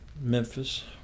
Memphis